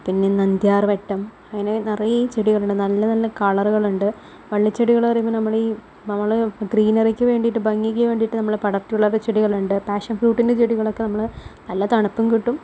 പിന്നെ നമ്പ്യാർവട്ടം അങ്ങനെ നിറയെ ചെടികളുണ്ട് നല്ല നല്ല കളറുകളുണ്ട് വള്ളിച്ചെടികൾ പറയുമ്പോൾ നമ്മളെ ഈ നമ്മൾ ഗ്രീനറിക്ക് വേണ്ടിയിട്ട് ഭംഗിക്ക് വേണ്ടിയിട്ട് നമ്മൾ പടർത്തി വിടുന്ന ചെടികളുണ്ട് പാഷൻ ഫ്രൂട്ടിൻ്റെ ചെടികളൊക്കെ നമ്മൾ നല്ല തണുപ്പും കിട്ടും